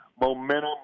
momentum